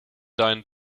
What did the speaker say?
deinen